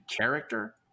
character